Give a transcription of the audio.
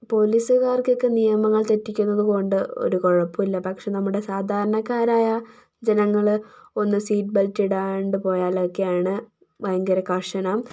പോലീസുകാർക്കൊക്കെ നിയമങ്ങൾ തെറ്റിക്കുന്നതുകൊണ്ട് ഒരു കുഴപ്പവുമില്ല പക്ഷേ നമ്മുടെ സാധാരണക്കാരായ ജനങ്ങൾ ഒന്നു സീറ്റ് ബെൽറ്റ് ഇടാണ്ട് പോയാലൊക്കെയാണ് ഭയങ്കര കർശനം